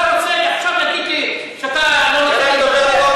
אתה רוצה עכשיו להגיד לי שאתה לא נותן לי לדבר?